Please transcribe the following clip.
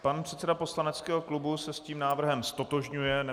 Pan předseda poslaneckého klubu se s tím návrhem ztotožňuje.